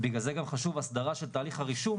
ובגלל זה גם חשוב הסדרה של תהליך הרישום.